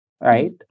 Right